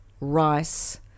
rice